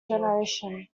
generation